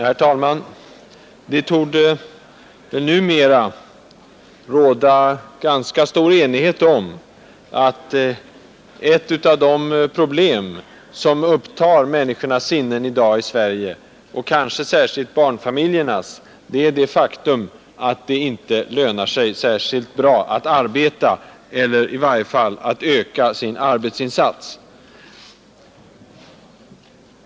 Herr talman! Det torde numera råda ganska stor enighet om att ett av de problem som upptar människornas sinnen i dag i Sverige, kanske särskilt barnfamiljernas, är det faktum att det inte lönar sig särskilt bra att arbeta eller i varje fall inte att öka sin arbetsinsats.